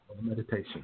meditation